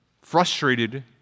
frustrated